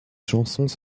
chansons